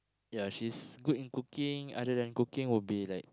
ya she's good in cooking other than cooking would be like